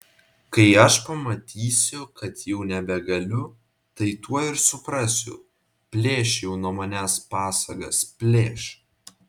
kai aš pamatysiu kad jau nebegaliu tai tuoj ir suprasiu plėš jau nuo manęs pasagas plėš